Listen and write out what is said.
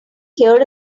here